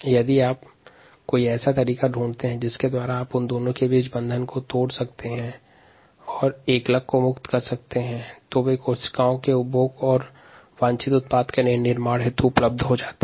यदि किसी प्रकार से एमाइलोज और एमाइलोपेक्टिन के मध्य के बंध को तोड़ सकते हैं तब ग्लूकोस मोनोमर को मंड से मुक्त किया जा सकता हैं और ग्लूकोस कोशिका के उपभोग और वांछित उत्पाद के निर्माण हेतु उपलब्ध हो जाते हैं